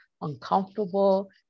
uncomfortable